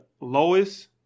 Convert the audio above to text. lowest